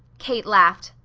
kate laughed.